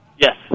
Yes